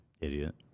idiot